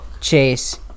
Chase